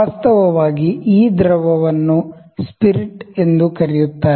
ವಾಸ್ತವವಾಗಿ ಈ ದ್ರವವನ್ನು ಸ್ಪಿರಿಟ್ ಎಂದೂ ಕರೆಯುತ್ತಾರೆ